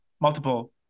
multiple